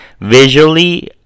visually